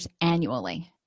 annually